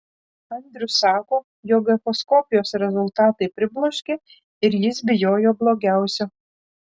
andrius sako jog echoskopijos rezultatai pribloškė ir jis bijojo blogiausio